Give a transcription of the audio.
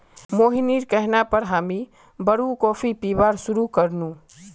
मोहिनीर कहना पर हामी ब्रू कॉफी पीबार शुरू कर नु